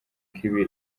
kibi